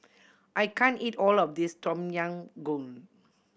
I can't eat all of this Tom Yam Goong